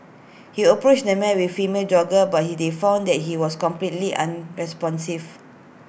he approached the man with female jogger but he they found that he was completely unresponsive